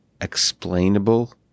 explainable